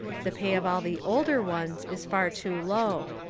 the pay of all the older ones is far too low.